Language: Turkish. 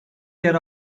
yer